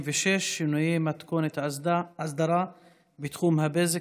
76) (שינוי מתכונת האסדרה בתחום הבזק),